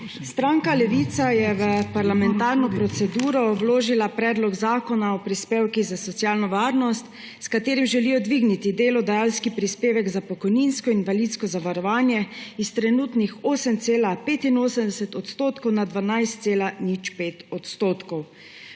Stranka Levica je v parlamentarno proceduro vložila predlog zakona o prispevkih za socialno varnost, s katerim želijo dvigniti delodajalski prispevek za pokojninsko in invalidsko zavarovanje s trenutnih 8,85 % na 12,05 %.